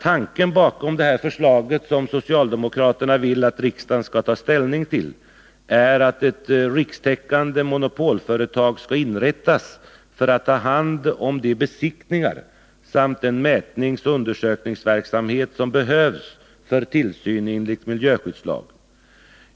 Tanken bakom det här förslaget, som socialdemokraterna vill att riksdagen skall ta ställning till, är att ett rikstäckande monopolföretag skall inrättas för att ta hand om de besiktningar samt den mätningsoch undersökningsverksamhet som behövs för tillsynen enligt miljöskyddslagen.